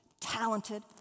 talented